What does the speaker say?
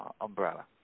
Umbrella